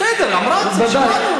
בסדר, שמענו.